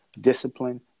discipline